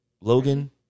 Logan